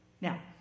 Now